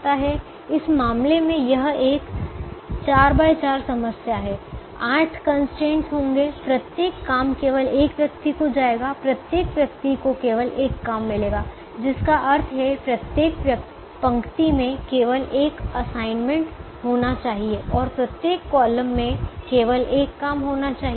इस मामले में यह एक 4 x 4 समस्या है आठ कंस्ट्रेंट्स होंगे प्रत्येक काम केवल एक व्यक्ति को जाएगा प्रत्येक व्यक्ति को केवल एक काम मिलेगा जिसका अर्थ है प्रत्येक पंक्ति में केवल एक असाइनमेंट होना चाहिए और प्रत्येक कॉलम में केवल एक काम होना चाहिए